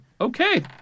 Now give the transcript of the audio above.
Okay